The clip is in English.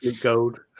gold